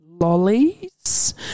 lollies